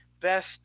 best